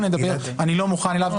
אני לא מוכן אליו,